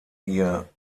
ihr